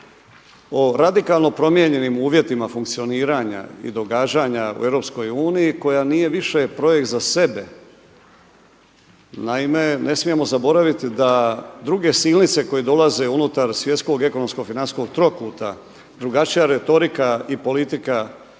o radikalno promijenjenim uvjetima funkcioniranja i događanja u Europskoj uniji koja nije više projekt za sebe. Naime, ne smijemo zaboraviti da druge silnice koje dolaze unutar svjetskog ekonomskog financijskog trokuta, drugačija retorika i politika